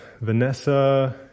Vanessa